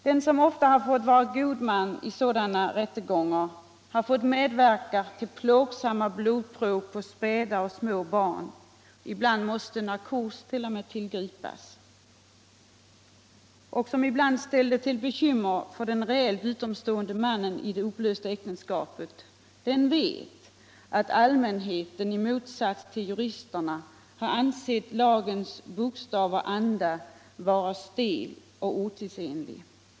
Den som ofta fått vara god man i sådana rättegångar och har fått medverka vid plågsamma blodprov på späda och små barn — ibland måste narkos tillgripas —, som upplevt hur man ibland ställde till bekymmer för den reellt utomstående mannen i det upplösta äktenskapet, vet, att allmänheten i motsats till juristerna ansett lagens bokstav och anda vara stel och otidsenlig.